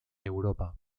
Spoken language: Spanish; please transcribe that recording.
europa